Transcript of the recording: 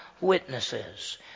witnesses